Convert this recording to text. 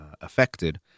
affected